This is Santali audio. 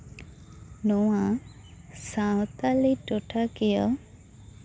ᱱᱚᱣᱟ ᱥᱟᱶᱛᱟᱞᱤ ᱴᱚᱴᱷᱟ ᱠᱤᱭᱟᱹ